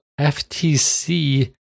FTC